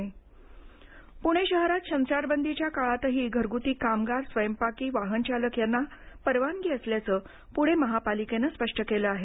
कामगार परवानगी प्णे शहरात संचारबंदीच्या काळातही घरगूती कामगार स्वयंपाकी वाहनचालक यांना परवानगी असल्याचे पूणे महापालिकेने स्पष्ट केले आहे